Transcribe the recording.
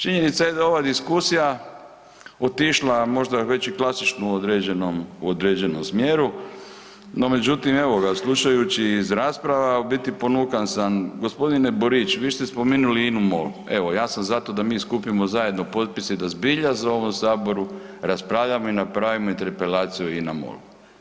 Činjenica je da ova diskusija otišla možda već i klasično u određenom smjeru, no međutim evo ga, slušajući iz rasprava u biti ponukan sam, gospodine Borić vi ste spomenuli INU, MOL, evo ja sam zato da mi skupimo zajedno potpise i da zbilja za ovom saboru raspravljamo i napravimo interpelaciju o INA MOL-u.